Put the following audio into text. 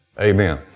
Amen